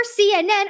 CNN